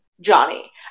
Johnny